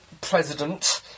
president